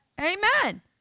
Amen